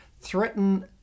threaten